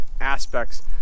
aspects